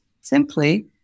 simply